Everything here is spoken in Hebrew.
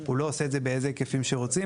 הוא לא עושה את זה באיזה היקפים שרוצים.